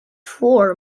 floor